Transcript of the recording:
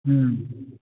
ꯎꯝ